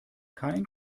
kein